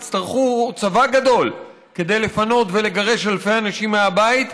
יצטרכו צבא גדול כדי לפנות ולגרש אלפי אנשים מהבית,